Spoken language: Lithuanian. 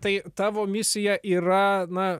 tai tavo misija yra na